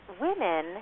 women